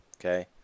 Okay